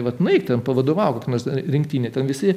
vat nueik ten pavadovauk rinktinei ten visi